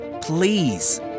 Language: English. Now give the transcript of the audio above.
please